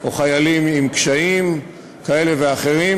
או חיילים עם קשיים כאלה ואחרים,